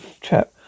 chap